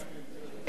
אינו נוכח